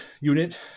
unit